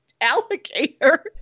alligator